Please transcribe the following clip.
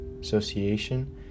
Association